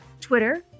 Twitter